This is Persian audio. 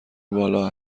بالا